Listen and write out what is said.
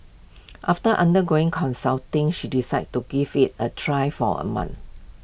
after undergoing consulting she decided to give IT A try for A month